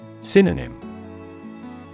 Synonym